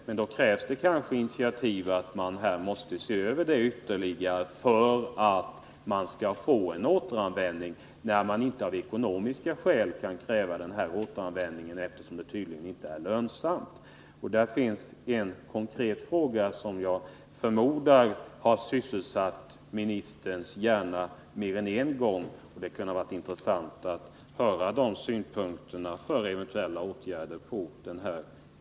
Det krävs kanske initiativ till ytterligare översyn av de här problemen för att man skall få en återanvändning till stånd i de fall där man inte av ekonomiska skäl kan kräva återanvändning, eftersom den tydligen inte är lönsam. Detta är en konkret fråga som jag förmodar har sysselsatt jordbruksministerns hjärna mer än en gång. Det kunde ha varit intressant att få höra jordbruksministerns synpunkter på eventuella åtgärder i den delen.